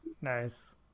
Nice